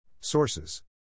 Sources